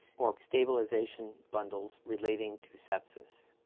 or stabilization bundles, relating to sepsis?